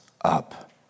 up